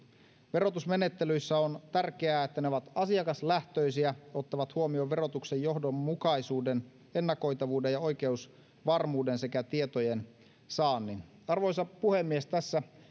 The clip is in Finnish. verotusmenettelyissä on tärkeää että ne ovat asiakaslähtöisiä ottavat huomioon verotuksen johdonmukaisuuden ennakoitavuuden ja oikeusvarmuuden sekä tietojen saannin arvoisa puhemies tässä